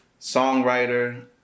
songwriter